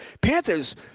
Panthers